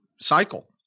cycle